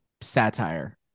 Satire